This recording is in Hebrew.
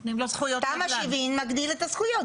תמ"א 70 מגדיל את הזכויות.